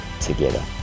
together